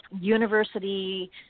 university